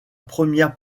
première